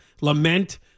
Lament